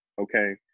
okay